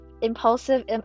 impulsive